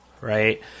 right